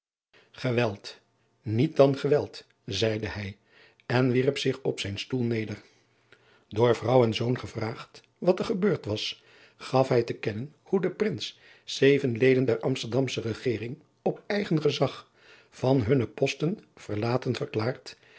eweld niet dan geweld zeide hij en wierp zich op zijn stoel neder oor vrouw en zoon gevraagd wat er gebeurd was gaf hij te kennen hoe de rins zeven eden der msterdamsche egering op eigen gezag van hunne posten verlaten verklaard